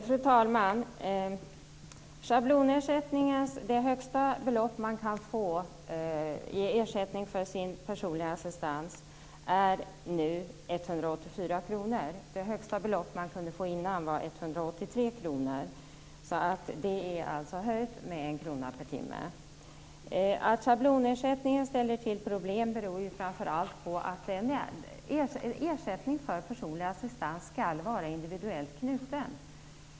Fru talman! Det högsta belopp man kan få i ersättning för sin personliga assistans är nu 184 kr. Det högsta belopp man kunde få tidigare var 183 kr. Det är alltså höjt med 1 kr per timme. Att schablonersättningen ställer till problem beror framför allt på att ersättning för personlig assistans skall vara individuellt knuten.